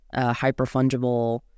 hyper-fungible